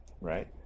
right